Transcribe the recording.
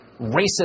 racist